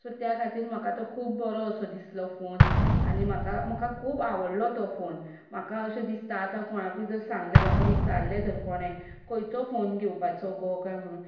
म्हाका तो खूब बरो असो दिसलो फोन आनी आनी म्हाका खूब आवडलो तो फोन म्हाका अशें दिसता आतां कोणाकूय जर सांगलें म्हाका विचारलें जर कोणेंय खंयचो फोन घेवपाचो गो काय म्हूण